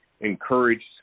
encouraged